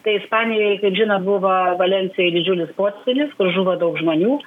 tai ispanijoj kiek žinot buvo valencijoj didžiulis potvynis kur žuvo daug žmonių